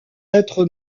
être